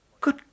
good